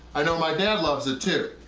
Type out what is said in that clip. i know my dad loves it, too.